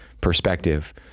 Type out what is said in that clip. perspective